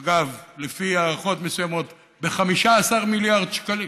אגב, לפי הערכות מסוימות, ב-15 מיליארד שקלים,